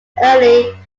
early